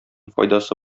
файдасы